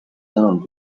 sõnul